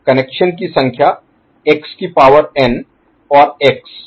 connection की संख्या x की पावर n और x